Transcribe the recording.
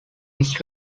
its